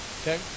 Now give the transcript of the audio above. okay